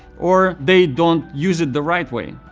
or they don't use it the right way.